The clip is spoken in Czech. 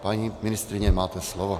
Paní ministryně, máte slovo.